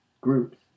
groups